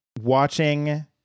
watching